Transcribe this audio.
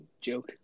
joke